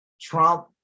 Trump